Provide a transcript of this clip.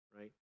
right